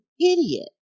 idiot